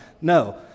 No